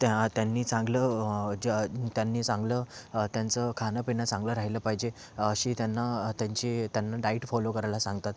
त्या त्यांनी चांगलं जे त्यांनी चांगलं त्यांचं खाणंपिणं चांगलं राहिलं पाहिजे अशी त्यांना त्यांचे त्यांना डाईट फॉलो करायला सांगतात